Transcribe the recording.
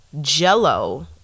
Jell-O